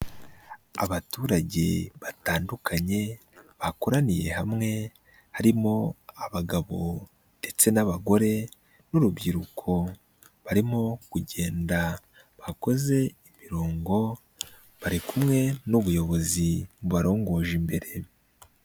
Abaturage batandukanye bakoraniye hamwe harimo abagabo ndetse n'abagore n'urubyiruko barimo kugenda bakoze imirongo bari kumwe n'ubuyobozi bubarongoje imbere.